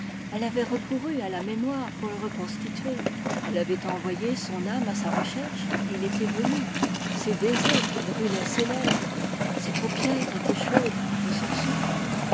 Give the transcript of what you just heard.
elle avait recouru à la mémoire pour le reconstituer elle avait envoyé son âme à sa recherche et il était venu ses baisers brûlaient ses lèvres ses paupières étaient chaudes de son souffle